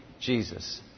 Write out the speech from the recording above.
Jesus